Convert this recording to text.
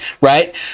right